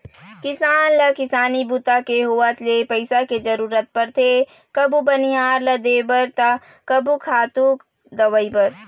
किसान ल किसानी बूता के होवत ले पइसा के जरूरत परथे कभू बनिहार ल देबर त कभू खातू, दवई बर